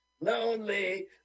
Lonely